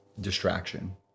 distraction